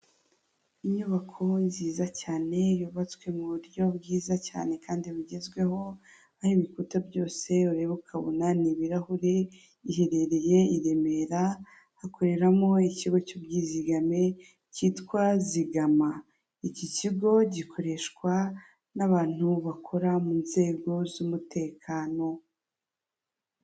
Inyubako nziza cyane yubatswe mu buryo bwiza cyane kandi bugezweho aho ibikuta byose ureba ukabona ni ibirahure, iherereye i Remera hakoreramo ikigo cy'ubwizigame cyitwa Zigama, iki kigo gikoreshwa n'abantu bakora mu nzego z'umutekano.